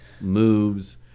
moves